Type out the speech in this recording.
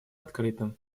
открытым